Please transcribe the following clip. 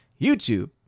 YouTube